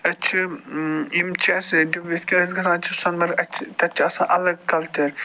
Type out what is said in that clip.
أسۍ چھِ یِم چھِ اَسہِ یِتھٕ کٔنۍ أسۍ گژھان چھِ سۄنہٕ مرگ اَتہِ چھِ تَتہِ چھِ آسان اَلَگ کَلچَر